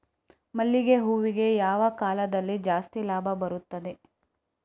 ಮಲ್ಲಿಗೆ ಹೂವಿಗೆ ಯಾವ ಕಾಲದಲ್ಲಿ ಜಾಸ್ತಿ ಲಾಭ ಬರುತ್ತದೆ?